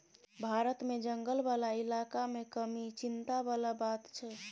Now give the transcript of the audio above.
भारत मे जंगल बला इलाका मे कमी चिंता बला बात छै